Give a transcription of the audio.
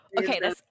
Okay